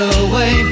away